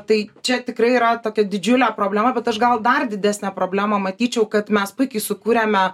tai čia tikrai yra tokia didžiulė problema bet aš gal dar didesnę problemą matyčiau kad mes puikiai sukūrėme